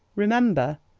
remember,